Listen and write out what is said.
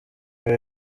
ibi